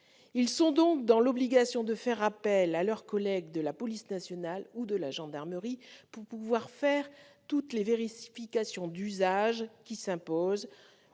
sont donc dans l'obligation de faire appel à leurs collègues de la police nationale ou de la gendarmerie pour pouvoir effectuer toutes les vérifications d'usage qui s'imposent,